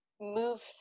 move